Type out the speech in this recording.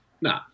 no